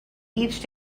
each